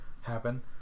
happen